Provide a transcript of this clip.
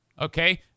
okay